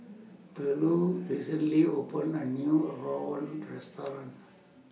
Burleigh recently opened A New Rawon Restaurant